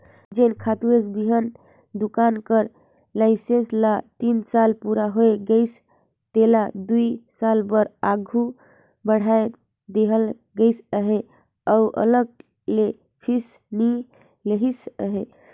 जेन खातूए बीहन दोकान कर लाइसेंस ल तीन साल पूरा होए गइस तेला दुई साल बर आघु बढ़ाए देहल गइस अहे अउ अलग ले फीस नी लेहिस अहे